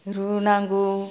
रुनांगौ